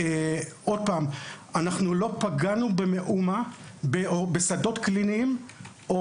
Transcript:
אנחנו לא פגענו במאומה בשדות קליניים או